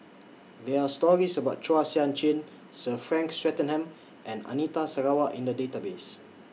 There Are stories about Chua Sian Chin Sir Frank Swettenham and Anita Sarawak in The Database